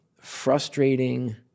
frustrating